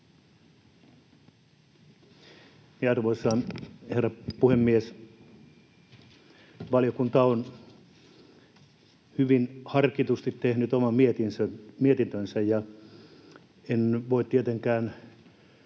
Arvoisa herra puhemies! Valiokunta on hyvin harkitusti tehnyt oman mietintönsä, ja en voi tietenkään